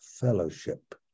Fellowship